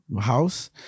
house